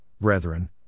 Brethren